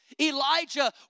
Elijah